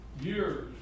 years